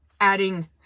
adding